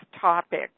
topic